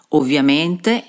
ovviamente